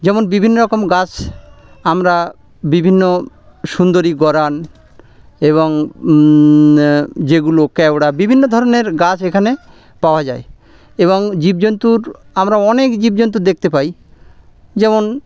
যেমন বিভিন্ন রকম গাছ আমরা বিভিন্ন সুন্দরী গরান এবং যেগুলো কেওড়া বিভিন্ন ধরনের গাছ এখানে পাওয়া যায় এবং জীবজন্তুর আমরা অনেক জীবজন্তু দেখতে পাই যেমন